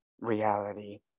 reality